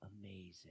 amazing